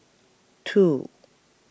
two